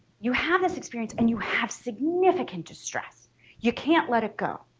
you have this experience and you have significant distress you can't let it go